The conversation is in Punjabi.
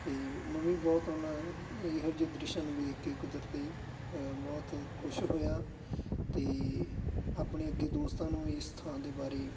ਅਤੇ ਮੈਂ ਵੀ ਬਹੁਤ ਉਹਨਾਂ ਇਹੋ ਜਿਹੇ ਦ੍ਰਿਸ਼ਾਂ ਦੇਖ ਕੇ ਕੁਦਰਤੀ ਬਹੁਤ ਖੁਸ਼ ਹੋਇਆ ਅਤੇ ਆਪਣੇ ਅੱਗੇ ਦੋਸਤਾਂ ਨੂੰ ਇਸ ਥਾਂ ਦੇ ਬਾਰੇ